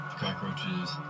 cockroaches